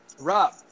rob